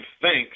thanks